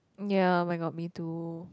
ya oh-my-god me too